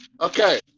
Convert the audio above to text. Okay